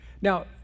Now